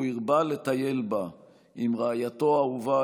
והוא הרבה לטייל בה עם רעייתו האהובה,